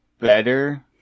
better